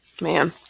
man